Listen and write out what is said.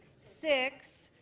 six,